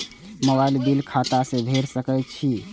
Mobile bill खाता से भेड़ सके छि?